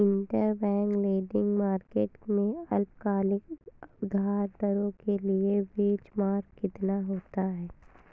Interbank lending market में अल्पकालिक उधार दरों के लिए बेंचमार्क कितना होता है?